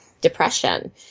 depression